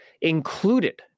included